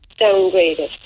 downgraded